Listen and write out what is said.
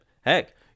heck